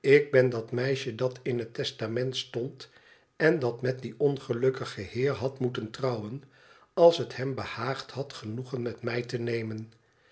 ik ben dat meisje dat in het testament stond en dat met dien ongelukkigen heer had moeten trouwen als het hem behaagd had genoegen met mij te nemen